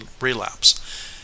relapse